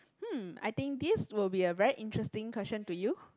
hmm I think this will be a very interesting question to you